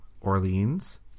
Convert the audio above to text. Orleans